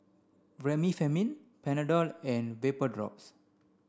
Remifemin Panadol and Vapodrops